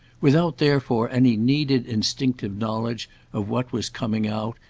without therefore any needed instinctive knowledge of what was coming out,